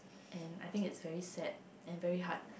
and I think is very sad and very hard